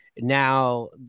Now